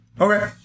Okay